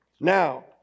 Now